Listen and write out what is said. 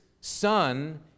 son